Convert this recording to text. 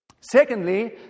Secondly